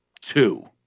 Two